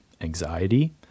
anxiety